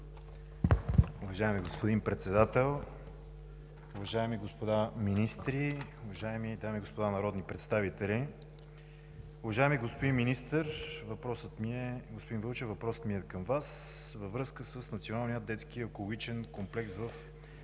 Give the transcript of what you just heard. Уважаеми господин Председател, уважаеми господа министри, уважаеми дами и господа народни представители! Уважаеми господин Вълчев, въпросът ми към Вас е във връзка с Националния детски екологичен комплекс в село